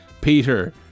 Peter